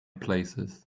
places